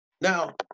Now